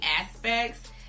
aspects